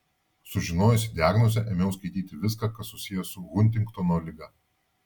sužinojusi diagnozę ėmiau skaityti viską kas susiję su huntingtono liga